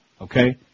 okay